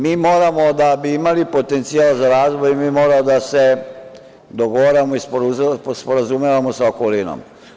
Mi moramo, da bi imali potencijal za razvoj, mi moramo da se dogovaramo i sporazumevamo sa okolinom.